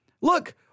look